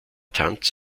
tanz